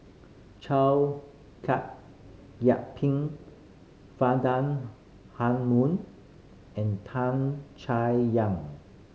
Chow Yian Ping Faridah Hanum and Tan Chay Yan